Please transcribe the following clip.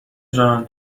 جان